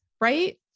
right